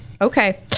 Okay